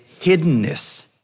hiddenness